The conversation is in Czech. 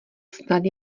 snad